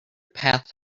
path